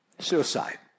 Suicide